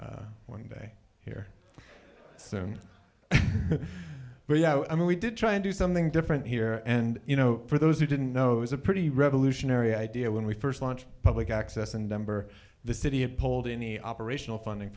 one day here soon but yeah i mean we did try and do something different here and you know for those who didn't know it was a pretty revolutionary idea when we first launched public access and number the city it pulled any operational funding